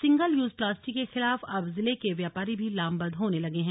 single use plastic के खिलाफ अब जिले के व्यापारी भी लामबंद होने लगे हैं